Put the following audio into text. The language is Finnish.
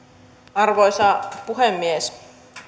arvoisa puhemies